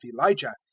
Elijah